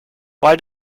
why